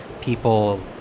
people